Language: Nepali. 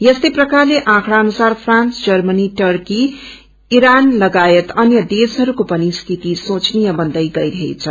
यस्तै प्रकारले आकँडा अनुसार फ्रान्स जर्मनी तर्की ईरान लागायत अन्य देशहरूको पनि स्थित श्रेचनीय बन्दै गईरहेको छ